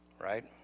right